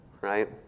right